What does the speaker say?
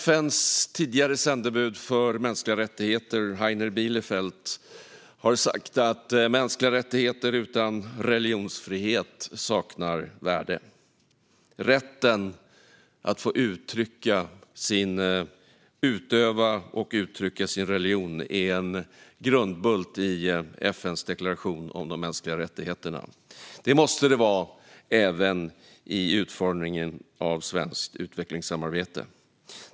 FN:s tidigare sändebud för mänskliga rättigheter Heiner Bielefeldt har sagt att mänskliga rättigheter utan religionsfrihet saknar värde. Rätten att få utöva och uttrycka sin religion är en grundbult i FN:s deklaration om de mänskliga rättigheterna. Det måste den vara även i utformningen av svenskt utvecklingssamarbete.